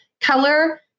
color